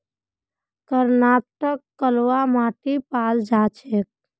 कर्नाटकत कलवा माटी पाल जा छेक